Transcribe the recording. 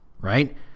right